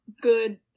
good